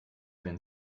wenn